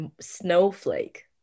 snowflake